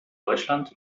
deutschland